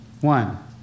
One